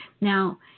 Now